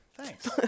Thanks